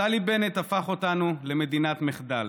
נפתלי בנט הפך אותנו למדינת מחדל.